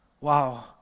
wow